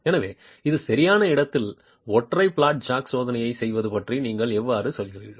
எனவே இந்த சரியான இடத்தில் ஒற்றை பிளாட் ஜாக் சோதனையைச் செய்வது பற்றி நீங்கள் எவ்வாறு செல்கிறீர்கள்